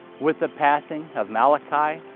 with the passing of malachi,